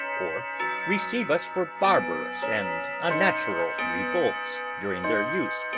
or receive us for barbarous and unnatural revolts during their use,